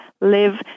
live